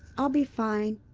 i'll be fine.